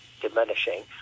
diminishing